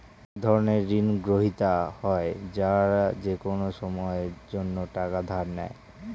অনেক ধরনের ঋণগ্রহীতা হয় যারা যেকোনো সময়ের জন্যে টাকা ধার নেয়